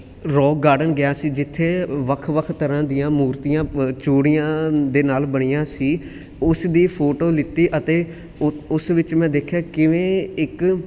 ਰੋਕ ਗਾਰਡਨ ਗਿਆ ਸੀ ਜਿੱਥੇ ਵੱਖ ਵੱਖ ਤਰ੍ਹਾਂ ਦੀਆਂ ਮੂਰਤੀਆਂ ਚੂੜੀਆਂ ਦੇ ਨਾਲ ਬਣੀਆਂ ਸੀ ਉਸ ਦੀ ਫੋਟੋ ਲਿੱਤੀ ਅਤੇ ਉਸ ਵਿੱਚ ਮੈਂ ਦੇਖਿਆ ਕਿਵੇਂ ਇੱਕ